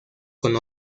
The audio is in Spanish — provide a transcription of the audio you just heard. con